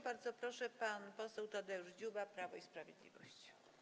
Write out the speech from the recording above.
Bardzo proszę, pan poseł Tadeusz Dziuba, Prawo i Sprawiedliwość.